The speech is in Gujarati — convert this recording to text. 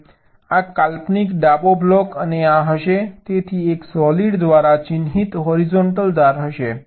આ કાલ્પનિક ડાબો બ્લોક અને આ હશે તેથી એક સોલિડ દ્વારા ચિહ્નિત હોરિઝોન્ટલ ધાર હશે